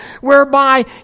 whereby